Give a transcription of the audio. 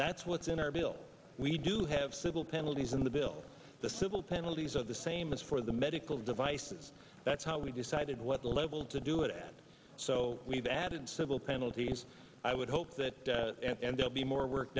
that's what's in our bill we do have civil penalties in the bill the civil penalties are the same as for the medical devices that's how we decided what level to do it so we've added civil penalties i would hope that and they'll be more work